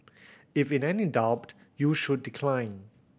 if in any doubt you should decline